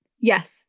Yes